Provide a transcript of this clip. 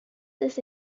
this